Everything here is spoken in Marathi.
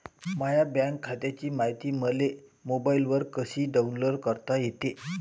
माह्या बँक खात्याची मायती मले मोबाईलवर कसी डाऊनलोड करता येते?